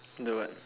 the what